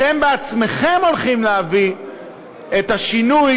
אתם בעצמכם הולכים להביא את השינוי,